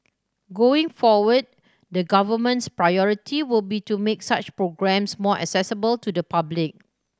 going forward the Government's priority will be to make such programmes more accessible to the public